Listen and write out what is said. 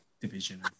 division